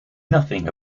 nothing